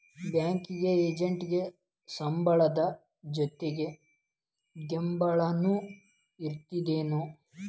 Banking ಎಜೆಂಟಿಗೆ ಸಂಬ್ಳದ್ ಜೊತಿ ಗಿಂಬ್ಳಾನು ಇರ್ತದೇನ್?